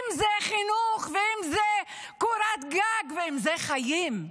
אם זה בחינוך ואם זה בקורת גג ואם זה בחיים,